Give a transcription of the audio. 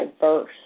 diverse